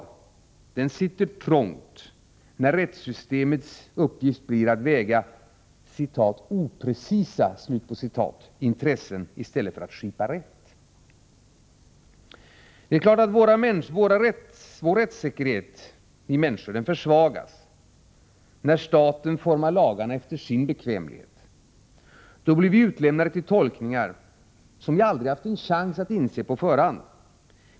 Detta krav sitter trångt, när rättssystemets uppgift blir att väga ”oprecisa” intressen i stället för att skipa rätt. Det är klart att rättssäkerheten för oss människor försvagas, när staten formar lagarna efter sin bekvämlighet. Då blir vi utlämnade till tolkningar som vi aldrig har haft en chans att inse på förhand.